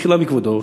במחילה מכבודו,